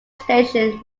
station